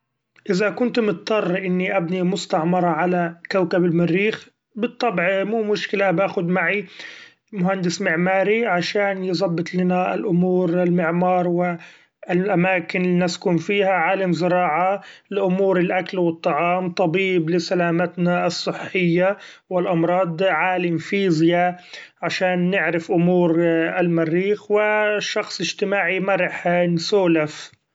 إذا كنت مضطر اني أبني مستعمرة علي كوكب المريخ بالطبع مو مشكلة باخد معي مهندس معماري عشان يزبط لنا الأمور المعمار و الأماكن الي نسكن فيها ، عالم زراعة لأمور الأكل و الطعام ، طبيب لسلامتنا الصحية و الأمراض ، عالم فيزياء عشان نعرف أمور المريخ و شخص اجتماعي مرح نسولف.